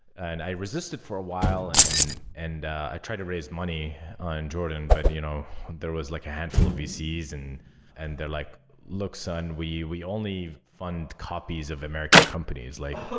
and i resisted for a while and and i tried to raise money on jordan, but you know there was like a handful of vcs and and they're like, look, son. we we only fund copies of american companies. like